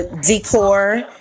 decor